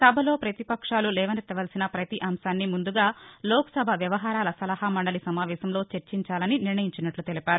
సభలో ప్రపతిపక్షాలు లేవనెత్తవలసిన ప్రతి అంశాన్ని ముందుగా లోక్ సభ వ్యవహారాల సలహా మండలి సమావేశంలో చర్చించాలని నిర్ణయించినట్లు తెలిపారు